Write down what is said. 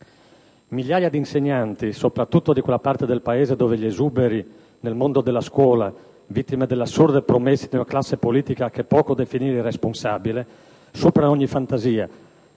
Migliaia di insegnanti, soprattutto di quella parte del Paese dove gli esuberi nel mondo della scuola (vittime delle assurde promesse di una classe politica che è poco definire irresponsabile) superano ogni fantasia,